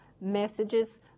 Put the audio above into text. messages